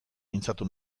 mintzatu